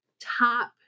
top